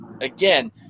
again